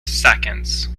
seconds